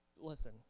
listen